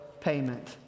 payment